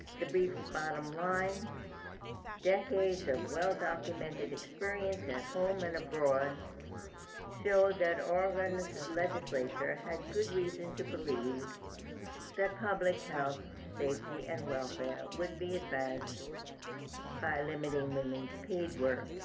the brief's bottom line decades of well documented experience at home and abroad showed that oregon's legislature had good reason to believe that public health safety and welfare would be advanced by eliminating women's paid work